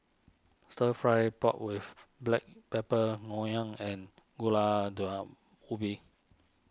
Stir Fried Pork with Black Pepper Ngoh Hiang and Gulai Daun Ubi